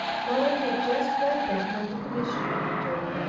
muller had just read them when the commissioner entered.